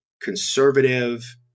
conservative